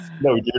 no